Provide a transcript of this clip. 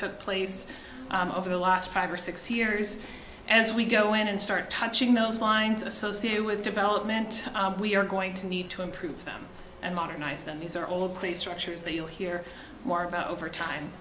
took place over the last five or six years as we go in and start touching those lines associate with element we are going to need to improve them and modernize them these are all play structures that you'll hear more about over time